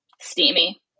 Steamy